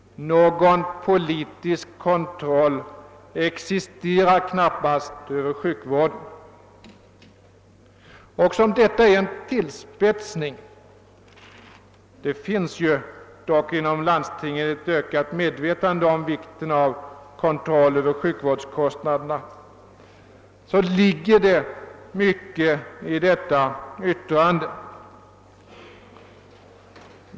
Någon politisk kontroll existerar knappast över sjukvården.» .: även om detta är en tillspetsad beskrivning — det finns dock inom landstingen ett ökat medvetande om vikten av en kontroll över sjukvårdskostnaderna — ligger det mycket i detta yttrande.